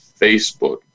Facebook